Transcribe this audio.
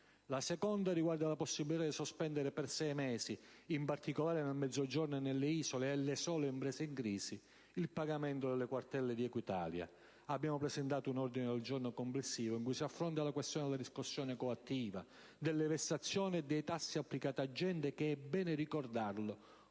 La seconda riguarda la possibilità di sospendere per sei mesi, in particolare nel Mezzogiorno e nelle isole, e per le sole imprese in crisi, il pagamento delle cartelle di Equitalia. Abbiamo presentato poi un ordine del giorno complessivo in cui si affronta la questione della riscossione coattiva, delle vessazioni e dei tassi applicati a gente che, è bene ricordarlo,